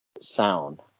sound